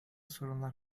sorunlar